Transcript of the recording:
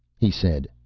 he said,